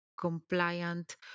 compliant